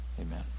Amen